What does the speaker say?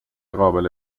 قابل